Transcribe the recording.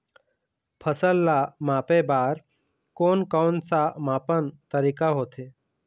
फसल ला मापे बार कोन कौन सा मापन तरीका होथे?